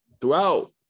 throughout